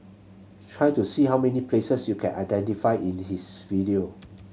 try to see how many places you can identify in his video